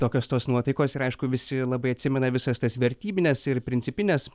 tokios tos nuotaikos ir aišku visi labai atsimena visas tas vertybines ir principines